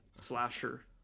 slasher